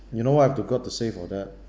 you know what I've to got to say for that